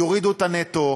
יורידו את הנטו,